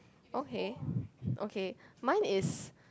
okay okay mine is